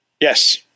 Yes